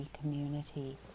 community